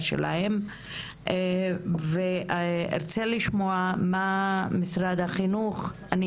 שלהן ואני ארצה לשמוע מה משרד החינוך אומר על כך.